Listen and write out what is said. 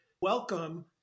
welcome